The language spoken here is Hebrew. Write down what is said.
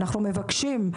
אנחנו מבקשים,